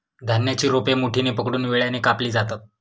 धान्याची रोपे मुठीने पकडून विळ्याने कापली जातात